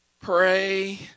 Pray